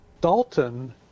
Dalton